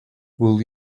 will